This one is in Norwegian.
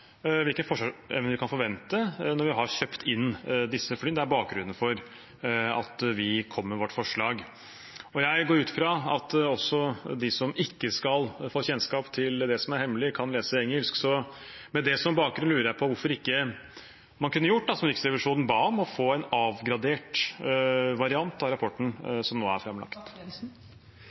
vi kan forvente når vi har kjøpt inn disse flyene. Det er bakgrunnen for at vi kommer med vårt forslag. Jeg går ut fra at også de som ikke skal få kjennskap til det som er hemmelig, kan lese engelsk, så med det som bakgrunn lurer jeg på hvorfor man ikke kunne gjort det som Riksrevisjonen ba om: å få en avgradert variant av rapporten som